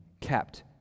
kept